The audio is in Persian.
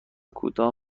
کوتاه